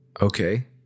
Okay